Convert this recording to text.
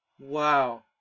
Wow